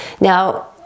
Now